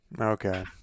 Okay